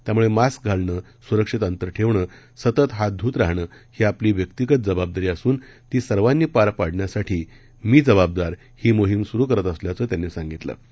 त्यामुळमास्क घालणं सुरक्षित अंतर ठक्षिां हात सतत ध्रत राहणं ही आपली व्यक्तिगत जबाबदारी असून ती सर्वानी पार पाडण्यासाठी मी जबाबदार ही मोहीम सुरु करत असल्याचं त्यांनी जाहीर कल्लि